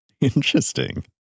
Interesting